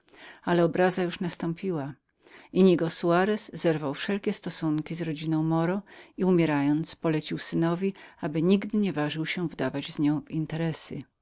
ale obraza już nastąpiła innigo soarez zerwał wszelkie stosunki z rodziną moro i umierając polecił synowi aby nigdy nie ważył się wdawać z nią w interesa